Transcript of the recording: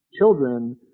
children